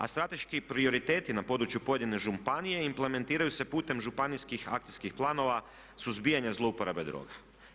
A strateški prioriteti na području pojedine županije implementiraju se putem županijskih akcijskih planova suzbijanja zlouporabe droga.